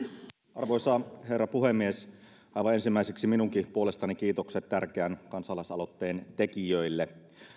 arvoisa herra puhemies aivan ensimmäiseksi minunkin puolestani kiitokset tärkeän kansalaisaloitteen tekijöille